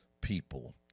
people